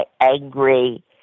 angry